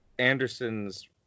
Anderson's